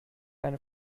eine